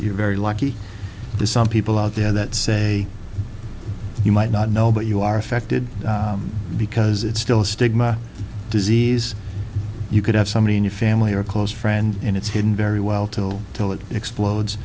you're very lucky there's some people out there that say you might not know but you are affected because it's still a stigma disease you could have somebody in your family or a close friend and it's hidden very well till till it explodes